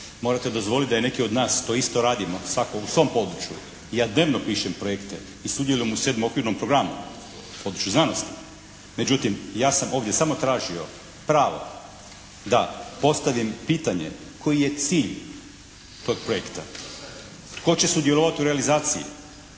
Morate dozvoliti da neki od nas to isto radimo svatko u svom području. Ja dnevno pišem projekte i sudjelujem u VII. okvirnom programu na području znanosti. Međutim ja sam ovdje samo tražio pravo da postavim pitanje koji je cilj tog projekta. Tko će sudjelovati u realizaciji?